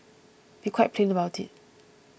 be quite plain about it